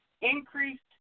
increased